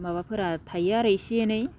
माबाफोरा थायो आरो एसे एनै